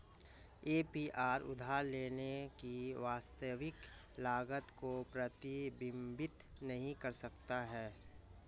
APR उधार लेने की वास्तविक लागत को प्रतिबिंबित नहीं कर सकता है